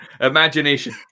Imagination